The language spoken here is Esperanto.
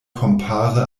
kompare